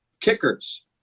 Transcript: kickers